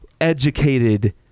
educated